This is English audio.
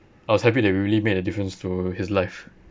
I was happy that we really made a difference to his life